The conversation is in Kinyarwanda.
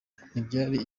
ntibyari